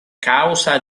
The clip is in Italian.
causa